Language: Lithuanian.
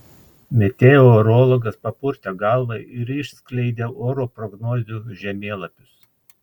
meteorologas papurtė galvą ir išskleidė oro prognozių žemėlapius